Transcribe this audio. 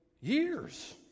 years